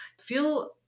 feel